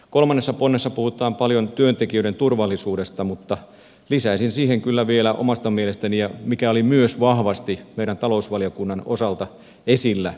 kolmannessa ponnessa puhutaan paljon työntekijöiden turvallisuudesta mutta lisäisin siihen kyllä vielä omasta mielestäni sen mikä myös oli vahvasti meidän talousvaliokunnan osalta esillä